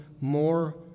more